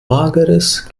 mageres